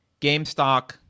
GameStop